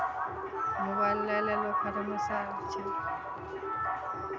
mobile लए लेलहुँ